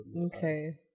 okay